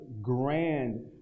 grand